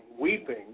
weeping